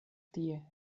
tie